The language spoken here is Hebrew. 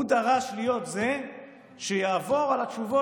הוא דרש להיות זה שיעבור על התשובות